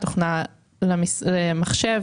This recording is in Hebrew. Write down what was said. תוכנה למחשב,